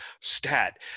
stat